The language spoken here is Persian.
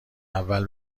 اول